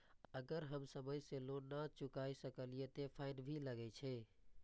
अगर हम समय से लोन ना चुकाए सकलिए ते फैन भी लगे छै?